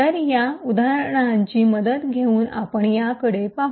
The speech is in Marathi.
तर या उदाहरणाची मदत घेऊन आपण याकडे पाहू